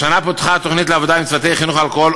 השנה פותחה תוכנית לעבודה עם צוותי חינוך "אלכוהול,